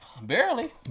Barely